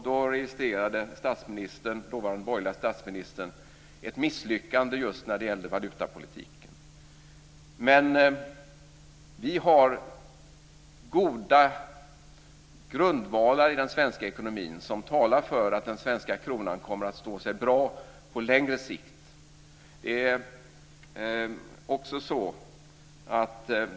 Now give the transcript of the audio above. Då registrerade den dåvarande borgerliga statsministern ett misslyckande just när det gällde valutapolitiken. Vi har goda grundvalar i den svenska ekonomin som talar för att den svenska kronan kommer att stå sig bra på längre sikt.